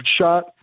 shot